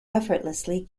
effortlessly